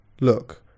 look